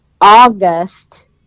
august